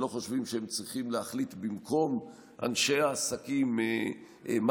שלא חושבים שהם צריכים להחליט במקום אנשי העסקים מה